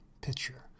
picture